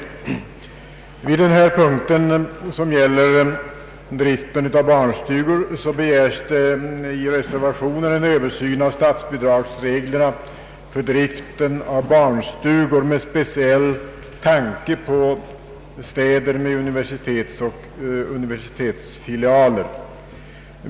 I reservationen vid den här punkten, som gäller driften av barnstugor, begärs en översyn av statsbidragsreglerna med speciell tanke på städer med universitet och = universitetsfilialer.